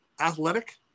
athletic